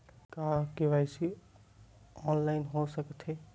का KYC online हो सकथे?